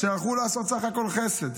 שהלכו לעשות בסך הכול חסד,